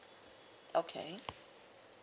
okay